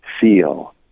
feel